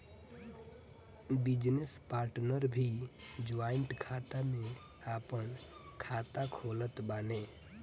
business partner भी joint खाता में आपन खाता खोलत बाने